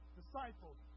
disciples